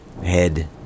Head